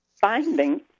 finding